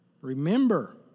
remember